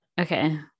Okay